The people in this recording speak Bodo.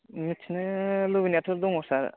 मिथिनो लुबैनायाथ' दङ सार